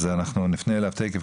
אז אנחנו נפנה אליו תכף,